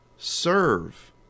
Serve